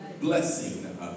blessing